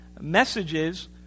messages